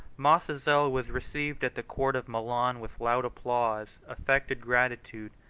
mascezel was received at the court of milan with loud applause, affected gratitude,